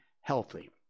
healthy